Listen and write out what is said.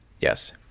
yes